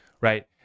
right